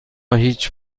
هیچ